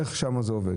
איך זה עובד שם.